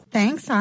Thanks